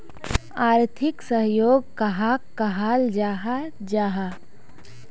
आर्थिक सहयोग कहाक कहाल जाहा जाहा?